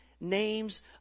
names